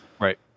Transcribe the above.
Right